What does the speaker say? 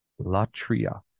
latria